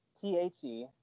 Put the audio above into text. T-H-E